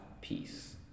peace